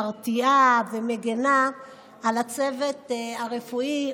מרתיעה ומגינה על הצוות הרפואי,